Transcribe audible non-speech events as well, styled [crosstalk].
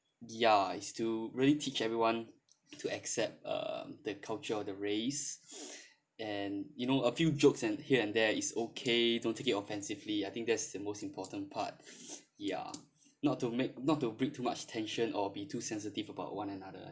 ya it's to really teach everyone to accept uh the culture or the race [breath] and you know a few jokes and here and there is okay don't take it offensively I think that's the most important part ya not to make not to breed too much tension or be too sensitive about one another